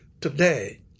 today